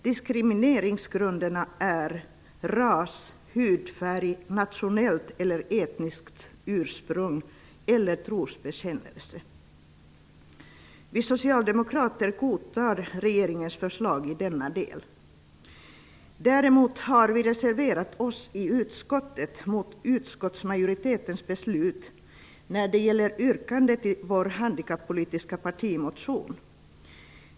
Diskrimineringsgrunderna är ras, hudfärg, nationellt eller etniskt ursprung, eller trosbekännelse. Vi socialdemokrater godtar regeringens förslag i denna del. Däremot har vi i utskottet reserverat oss mot utskottsmajoritetens beslut när det gäller yrkandet i vår handikappolitiska partimotion.